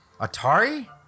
Atari